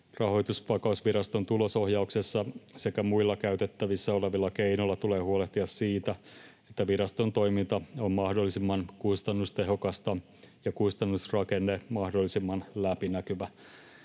Rahoitusvakausviraston tulosohjauksessa sekä muilla käytettävissä olevilla keinoilla tulee huolehtia siitä, että viraston toiminta on mahdollisimman kustannustehokasta ja kustannusrakenne mahdollisimman läpinäkyvä.